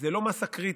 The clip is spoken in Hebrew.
זה לא מאסה קריטית.